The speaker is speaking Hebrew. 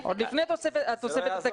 עוד לפני התוספת התקציבית.